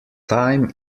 time